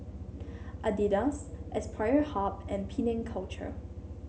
Adidas Aspire Hub and Penang Culture